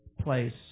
place